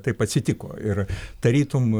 taip atsitiko ir tarytum